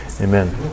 Amen